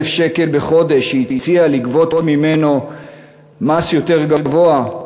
שקל בחודש שהציע לגבות ממנו מס יותר גבוה,